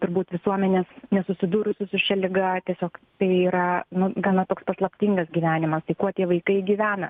turbūt visuomenės nesusidūrusių su šia liga tiesiog tai yra nu gana toks paslaptingas gyvenimas tai kuo tie vaikai gyvena